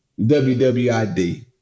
WWID